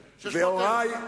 והורי,